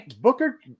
Booker